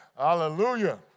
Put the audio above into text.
Hallelujah